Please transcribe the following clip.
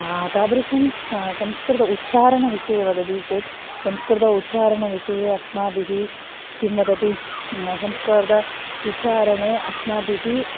तादृशं संस्कृत उच्चारणविषये वदति चेत् संस्कृत उच्चारणविषये अस्माभिः किं वदति संस्कृत उच्चारणे अस्माभिः